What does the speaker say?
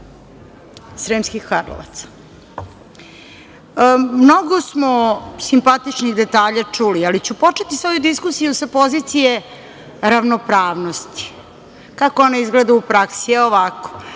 Sremskih Karlovaca. Mnogo smo simpatičnih detalja čuli, ali ću početi svoju diskusiju sa pozicije ravnopravnosti. Kako ona izgleda u praksi? Ovako,